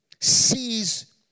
sees